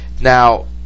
now